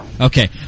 okay